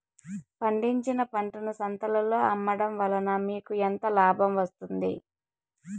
పండించిన పంటను సంతలలో అమ్మడం వలన మీకు ఎంత లాభం వస్తుంది?